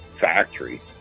factory